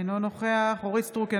אינו נוכח אורית מלכה סטרוק,